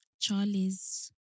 Charlie's